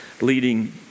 leading